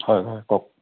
হয় হয় কওক